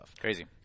Crazy